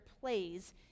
plays